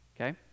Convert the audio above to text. okay